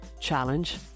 challenge